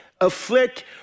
afflict